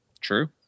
True